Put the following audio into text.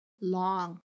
long